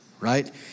right